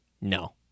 No